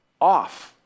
off